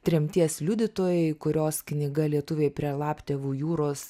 tremties liudytojai kurios knyga lietuviai prie laptevų jūros